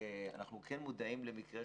אנחנו כן מודעים למקרה,